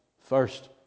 first